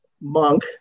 monk